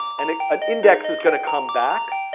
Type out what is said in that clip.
and an index is going to come back.